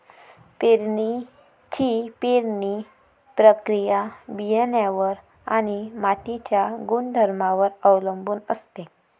पेरणीची पेरणी प्रक्रिया बियाणांवर आणि मातीच्या गुणधर्मांवर अवलंबून असते